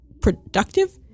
productive